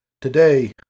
Today